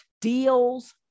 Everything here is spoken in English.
deals